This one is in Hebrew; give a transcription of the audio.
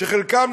שחלקן,